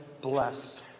bless